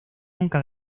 nunca